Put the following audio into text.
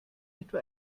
etwa